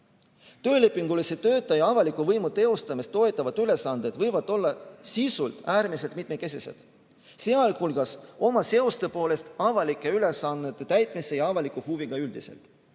Töölepingulise töötaja avaliku võimu teostamist toetavad ülesanded võivad olla sisult äärmiselt mitmekesised, sh oma seoste poolest avalike ülesannete täitmise ja avaliku huviga üldiselt.